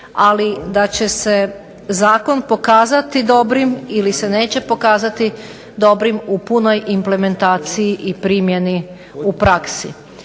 ali da će se zakon pokazati dobrim ili se neće pokazati dobrim u punoj implementaciji i primjeni u praksi.